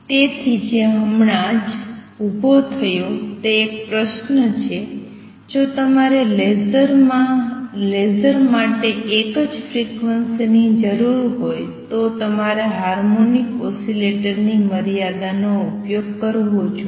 તેથી જે હમણાં જ ઉભો થયો તે એક પ્રશ્ન છે જો તમારે લેસર માટે એક જ ફ્રિક્વન્સી ની જરૂર હોય તો તમારે હાર્મોનિક ઓસિલેટર ની મર્યાદાનો ઉપયોગ કરવો જોઈએ